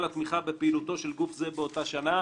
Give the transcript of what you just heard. התמיכה בפעילותו של גוף זה באותה שנה".